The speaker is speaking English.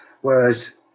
Whereas